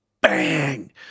bang